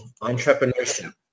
entrepreneurship